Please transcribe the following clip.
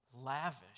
lavish